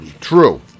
True